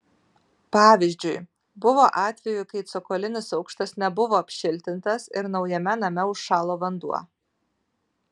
pavyzdžiui buvo atvejų kai cokolinis aukštas nebuvo apšiltintas ir naujame name užšalo vanduo